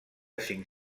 cinc